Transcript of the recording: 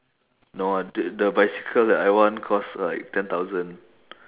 no ah th~ the bicycle that I want cost like ten thousand